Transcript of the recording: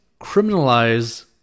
criminalize